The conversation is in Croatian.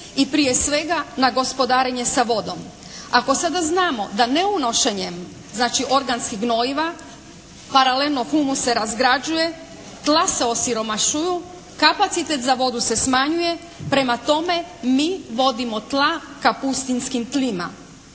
i prije svega na gospodarenje sa vodom. Ako sada znamo da ne unošenjem znači organskih gnojiva paralelno humus se razgrađuje, tla se osiromašuju, kapacitet za vodu se smanjuje, prema tome mi vodimo tla ka pustinjskim tlima.